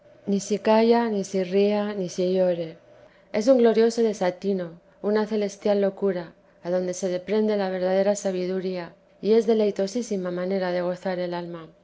ni si calle ni si ría ni si llore es un glorioso desatino una celestial locura adonde se deprende la verdadera sabiduría y es deleitosísima manera de gozar el alma